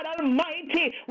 Almighty